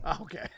okay